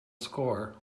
score